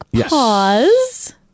pause